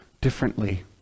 differently